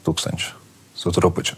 tūkstančių su trupučiu